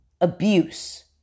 abuse